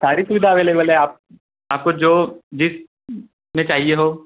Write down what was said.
सारी सुविधा अवेलेवल है आप आपको जो जिसमें चाहिए हो